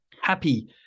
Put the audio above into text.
happy